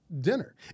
dinner